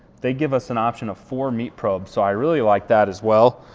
they give us an option of four meat probe. so i really liked that as well.